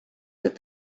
that